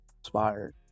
inspired